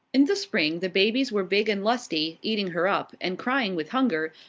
in the spring the babies were big and lusty, eating her up, and crying with hunger,